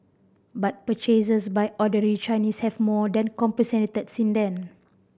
but purchases by ordinary Chinese have more than compensated since then